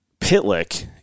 Pitlick